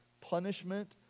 punishment